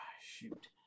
shoot